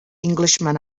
englishman